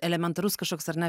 elementarus kažkoks ar ne